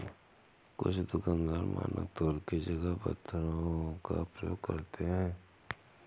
कुछ दुकानदार मानक तौल की जगह पत्थरों का प्रयोग करते हैं